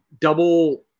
double